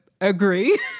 Agree